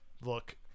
look